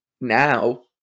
now